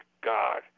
God